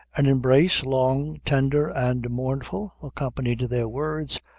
an embrace, long, tender, and mournful, accompanied their words,